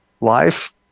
life